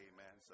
Amen